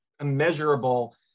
immeasurable